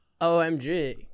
OMG